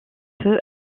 peu